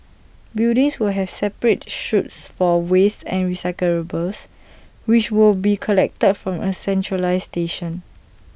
buildings will have separate chutes for waste and recyclables which will be collected from A centralised station